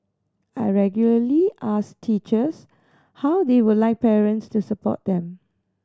I regularly ask teachers how they would like parents to support them